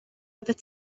oeddet